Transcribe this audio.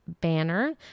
banner